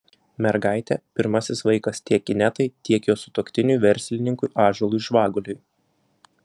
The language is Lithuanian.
mergaitė pirmasis vaikas tiek inetai tiek jos sutuoktiniui verslininkui ąžuolui žvaguliui